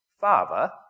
Father